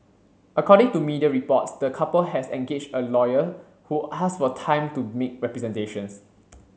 according to media reports the couple has engaged a lawyer who asked for time to make representations